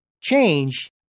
change